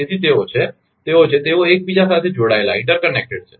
તેથી તેઓ છે તેઓ છે તેઓ એકબીજા સાથે જોડાયેલા છે